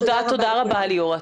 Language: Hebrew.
תודה רבה ליאורה.